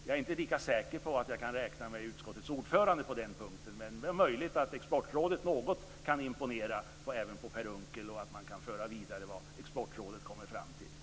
Jag är inte lika säker på att jag kan räkna med utskottets ordförande. Det är möjligt att Exportrådet kan imponera något även på Per Unckel och att man kan föra vidare vad Exportrådet kommit fram till.